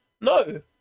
No